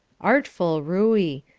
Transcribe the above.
artful ruey!